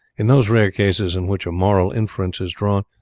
in those rare cases in which a moral inference is drawn,